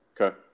Okay